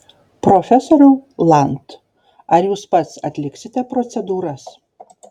profesoriau land ar jūs pats atliksite procedūras